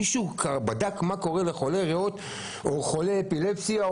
מישהו בדק מה קורה לחולה ריאות או חולה אפילפסיה,